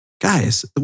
guys